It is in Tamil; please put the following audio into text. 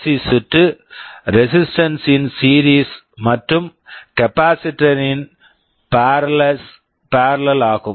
சி RC சுற்று resistance in series resistance in series மற்றும் capacitor in parallel capacitor in parallel ஆகும்